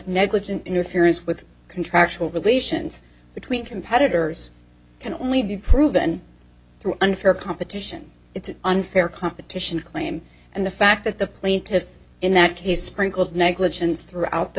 negligent interference with contractual relations between competitors can only be proven through unfair competition it's an unfair competition claim and the fact that the plaintiffs in that case sprinkled negligence throughout the